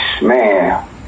Man